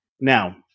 Now